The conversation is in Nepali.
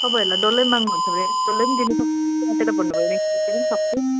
तपाईँहरूलाई डल्लै माग्नुहुन्छ भने डल्लै पनि दिनु सक्छु काटेर भन्नुभयो भने काटेर पनि सक्छु